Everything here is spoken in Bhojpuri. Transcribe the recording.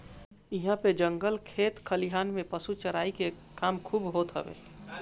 इहां पे जंगल खेत खलिहान में पशु चराई के काम खूब होत हवे